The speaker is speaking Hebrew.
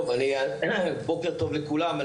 בוקר טוב לכולם.